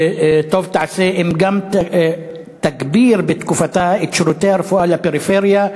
טוב תעשה אם גם תגביר בתקופתה את שירותי הרפואה לפריפריה,